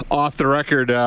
off-the-record